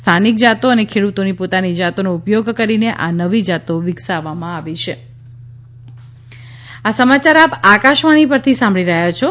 સ્થાનિક જાતો અને ખેડૂતોની પોતાની જાતોનો ઉપયોગ કરીને આ નવી જાતો વિકસાવવામાં આવી છ કોરોના અપીલ આ સમયારા આપ આકાશવાણી પરથી સાંભળી રહ્યા છો